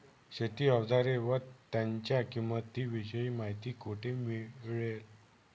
शेती औजारे व त्यांच्या किंमतीविषयी माहिती कोठे मिळेल?